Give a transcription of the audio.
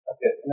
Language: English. Okay